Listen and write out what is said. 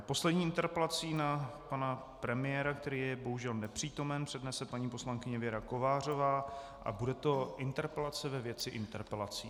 Poslední interpelaci na pana premiéra, který je bohužel nepřítomen, přednese paní poslankyně Věra Kovářová a bude to interpelace ve věci interpelací.